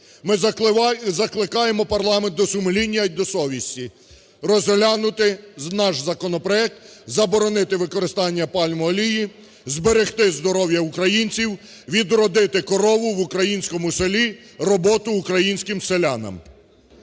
Ми закликаємо парламент до сумління і до совісти, розглянути наш законопроект, заборонити використання пальмової олії, зберегти здоров'я українців, відродити корову в українському селі, роботу українським селянам.